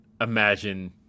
imagine